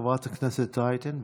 חברת הכנסת רייטן,